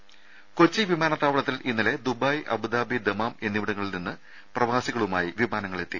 രുമ കൊച്ചി വിമാനത്താവളത്തിൽ ഇന്നലെ ദുബായ് അബുദാബി ദമാം എന്നിവിടങ്ങളിൽ നിന്ന് പ്രവാസികളുമായി വിമാനങ്ങളെത്തി